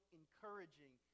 encouraging